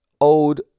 old